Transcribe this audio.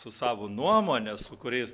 su savo nuomone su kuriais